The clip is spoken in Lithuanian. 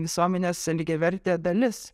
visuomenės lygiavertė dalis